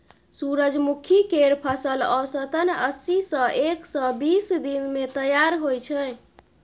सूरजमुखी केर फसल औसतन अस्सी सँ एक सय बीस दिन मे तैयार होइ छै